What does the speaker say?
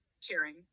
cheering